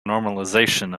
normalization